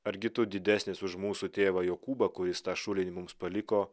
argi tu didesnis už mūsų tėvą jokūbą kuris tą šulinį mums paliko